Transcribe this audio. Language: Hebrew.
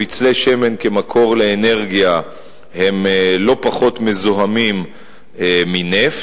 פצלי שמן כמקור לאנרגיה הם לא פחות מזוהמים מנפט.